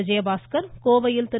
விஜயபாஸ்கரும் கோவையில் திரு